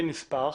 יהיה נספח